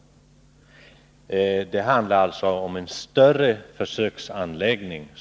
Det handlar såvitt jag har uppfattat det hela om en större försöksanläggning.